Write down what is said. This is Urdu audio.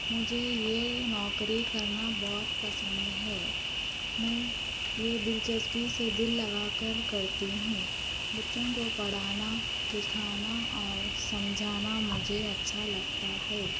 مجھے یہ نوکری کرنا بہت پسند ہے میں یہ دلچسپی سے دل لگا کر کرتی ہوں بچوں کو پڑھانا لکھانا اور سمجھانا مجھے اچھا لگتا ہے